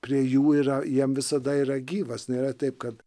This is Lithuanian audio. prie jų yra jiem visada yra gyvas nėra taip kad